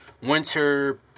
winter